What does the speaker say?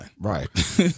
Right